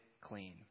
clean